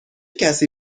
کسی